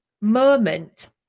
moment